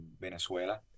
Venezuela